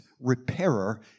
repairer